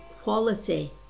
quality